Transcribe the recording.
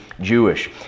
Jewish